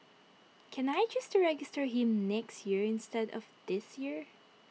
can I choose to register him next year instead of this year